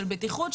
של בטיחות,